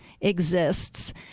exists